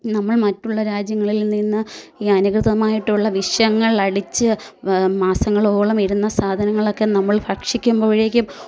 നമ്മൾ മറ്റുള്ള രാജ്യങ്ങളിൽ നിന്ന് ഈ അനധികൃതമായിട്ടുള്ള വിഷങ്ങളടിച്ച് മാസങ്ങളോളമിരുന്ന സാധനങ്ങളൊക്കെ നമ്മൾ ഭക്ഷിക്കുമ്പോഴേക്കും